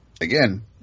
again